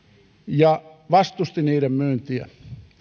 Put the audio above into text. ja vastusti niiden myyntiä